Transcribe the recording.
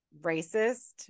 racist